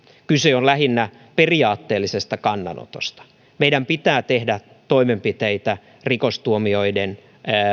kyse on lähinnä periaatteellisesta kannanotosta meidän pitää tehdä toimenpiteitä rikostuomioiden